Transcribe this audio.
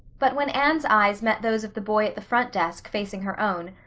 but when anne's eyes met those of the boy at the front desk facing her own,